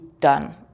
done